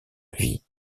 vie